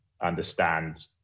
understand